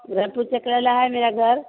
रायपुर चकरेला है मेरा घर